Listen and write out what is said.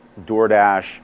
DoorDash